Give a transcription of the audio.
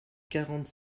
quarante